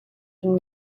been